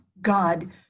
God